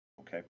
Okay